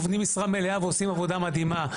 הם עובדים משרה מלאה ועושים עבודה מדהימה,